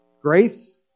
Grace